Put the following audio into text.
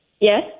Yes